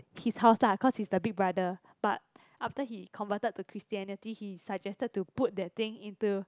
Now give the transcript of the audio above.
his house lah cause he's the big brother but after he converted to Christianity he suggested to put that thing into